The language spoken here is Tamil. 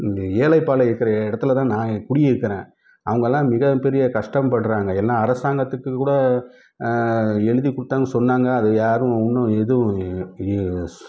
இந்த ஏழை பாழை இருக்கிற இடத்துல தான் நான் குடியிருக்கிறேன் அவங்கல்லாம் மிகப்பெரிய கஷ்டம் படுறாங்க எல்லாம் அரசாங்கத்துக்கு கூட எழுதி கொடுத்தேன் சொன்னாங்க அதை யாரும் இன்னும் எதுவும்